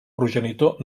progenitor